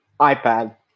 iPad